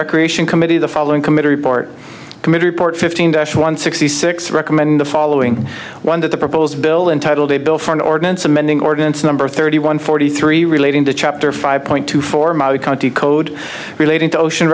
recreation committee the following committee report committee report fifteen dash one sixty six recommend the following one that the proposed bill entitle a bill for an ordinance amending ordinance number thirty one forty three relating to chapter five point two four county code relating to ocean